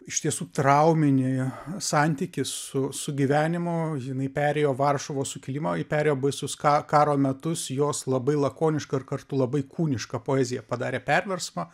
iš tiesų trauminį santykį su su gyvenimu jinai perėjo varšuvos sukilimą ji perėjo baisus ka karo metus jos labai lakoniška ir kartu labai kūniška poezija padarė perversmą